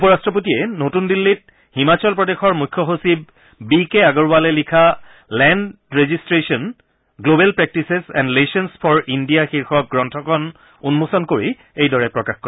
উপৰাট্টপতিয়ে নতুন দিল্লীত হিমাচল প্ৰদেশৰ মুখ্য সচিব বি কে আগৰৱালে লিখা land registration global practices and lessons for India শীৰ্ষক গ্ৰন্থখন উন্মোচন কৰি এইদৰে প্ৰকাশ কৰে